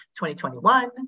2021